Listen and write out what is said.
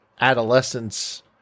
adolescence